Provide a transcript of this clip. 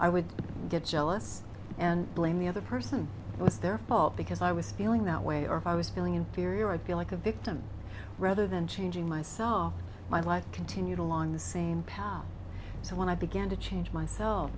i would get jealous and blame the other person it was their fault because i was feeling that way or if i was feeling inferior i feel like a victim rather than changing myself and my life continued along the same path so when i began to change myself